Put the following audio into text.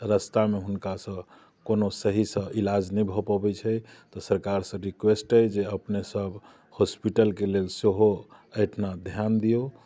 रास्तामे हुनकासँ कोनो सहीसँ इलाज नहि भऽ पबैत छै तऽ सरकारसँ रिक्वेस्ट अछि जे अपनेसभ हॉस्पिटलके लेल सेहो एहिठिमा ध्यान दियौ